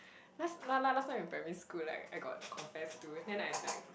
last la~ la~ last time in primary school like I got confessed to then I like